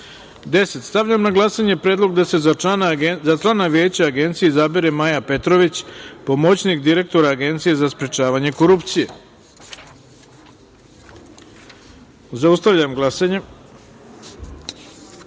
172.10. Stavljam na glasanje predlog da se za člana Veća Agencije izabere Maja Petrović, pomoćnik direktora Agencije za sprečavanje korupcije. Zaustavljam glasanje: